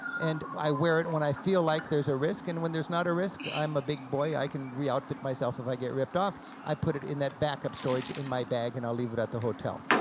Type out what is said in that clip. and i wear it when i feel like there's a risk, and when there's not a risk, i'm a big boy, i can re-outfit it myself if i get ripped off. i put it in that backup storage in my bag and i'll leave it at the hotel.